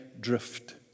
drift